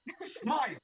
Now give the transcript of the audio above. smile